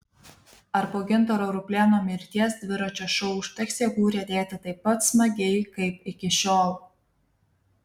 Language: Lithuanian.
ar po gintaro ruplėno mirties dviračio šou užteks jėgų riedėti taip pat smagiai kaip iki šiol